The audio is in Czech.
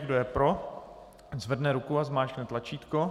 Kdo je pro, ať zvedne ruku a zmáčkne tlačítko.